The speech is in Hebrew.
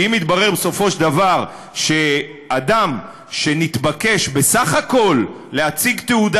שאם יתברר בסופו של דבר שאדם שנתבקש בסך הכול להציג תעודה